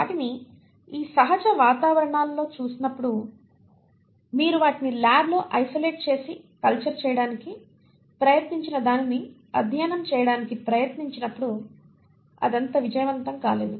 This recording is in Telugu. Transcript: వాటిని ఈ సహజ వాతావరణాలలో చూసినప్పటికీ మీరు వాటిని ల్యాబ్లో ఐసోలేట్ చేసి కల్చర్ చేయడానికి ప్రయత్నించిదానిని అధ్యయనం చేయడానికి ప్రయత్నించినప్పుడు అది అంత విజయవంతం కాలేదు